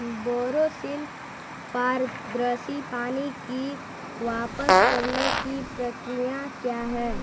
बोरोसिल पारदर्शी पानी की वापस करने की प्रक्रिया क्या है